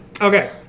okay